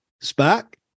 Spark